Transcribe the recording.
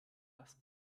das